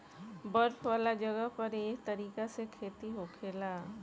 बर्फ वाला जगह पर एह तरीका से खेती होखेला